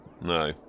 No